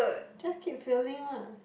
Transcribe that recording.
just keep failing lah